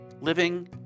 living